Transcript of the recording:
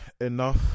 enough